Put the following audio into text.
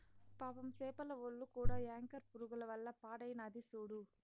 పాపం సేపల ఒల్లు కూడా యాంకర్ పురుగుల వల్ల పాడైనాది సూడు